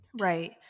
Right